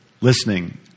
listening